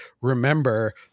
remember